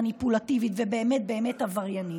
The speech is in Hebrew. מניפולטיבית ובאמת באמת עבריינית,